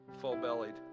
full-bellied